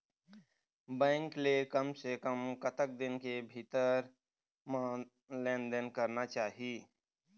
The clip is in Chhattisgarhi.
बैंक ले कम से कम कतक दिन के भीतर मा लेन देन करना चाही?